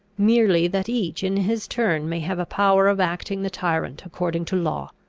merely that each in his turn may have a power of acting the tyrant according to law!